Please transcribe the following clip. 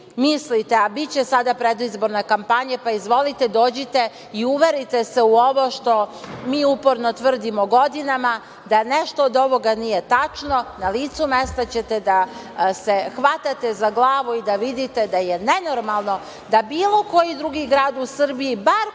a biće sada predizborna kampanja, pa izvolite dođite i uverite se u ovo što mi uporno tvrdimo godinama, da nešto od ovoga nije tačno. Na licu mesta ćete da se hvatate za glavu i da vidite da je nenormalno da bilo koji drugi grad u Srbiji bar koji